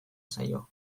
zaio